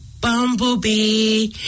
Bumblebee